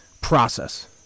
process